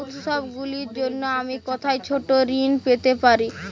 উত্সবগুলির জন্য আমি কোথায় ছোট ঋণ পেতে পারি?